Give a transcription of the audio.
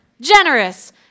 generous